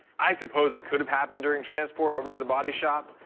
i suppose it could have happened during transport over to the body shop.